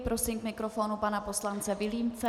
Prosím k mikrofonu pana poslance Vilímce.